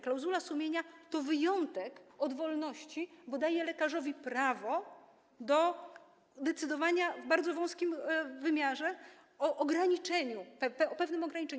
Klauzula sumienia to wyjątek od wolności, bo daje lekarzowi prawo do decydowania w bardzo wąskim wymiarze o pewnym ograniczeniu.